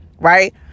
Right